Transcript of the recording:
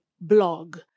blog